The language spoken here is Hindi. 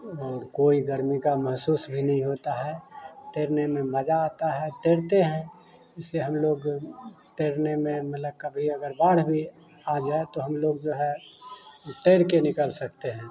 और कोई गर्मी का महसूस भी नहीं होता है तैरने में मजा आता है तैरते हैं जिससे हम लोग तैरने में मतलब कभी अगर बाढ़ भी आ जाए तो हम लोग जो है तैर कर निकल सकते हैं